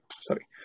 Sorry